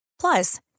Plus